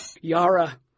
Yara